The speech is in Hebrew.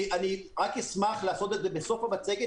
אני אשמח לעשות את זה בסוף המצגת.